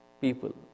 people